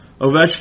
Ovechkin